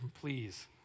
please